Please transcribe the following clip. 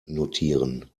notieren